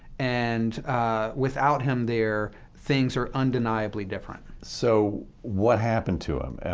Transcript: and without him there, things are undeniably different. so what happened to him?